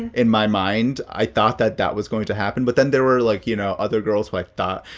in my mind, i thought that that was going to happen. but then there were, like, you know, other girls who i thought,